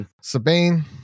Sabine